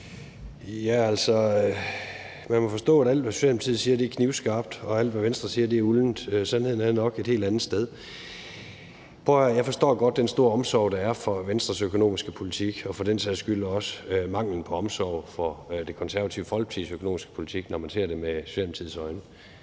Man må altså forstå, at alt, hvad Socialdemokratiet siger, er knivskarpt, og at alt, hvad Venstre siger, er uldent. Sandheden er nok et helt andet sted. Prøv at høre her. Jeg forstår godt den store omsorg, der er for Venstres økonomiske politik, og for den sags skyld også manglen på omsorg for Det Konservative Folkepartis økonomiske politik, når man ser på det med Socialdemokratiets øjne.